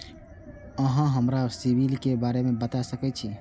अहाँ हमरा सिबिल के बारे में बता सके छी?